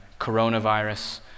coronavirus